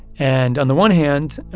and on the one hand,